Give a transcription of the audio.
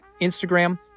Instagram